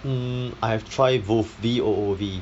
mm I have try VooV V O O V